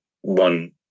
one